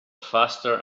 faster